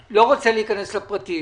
אסי, אני לא רוצה להיכנס לפרטים.